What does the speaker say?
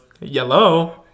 yellow